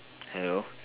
hello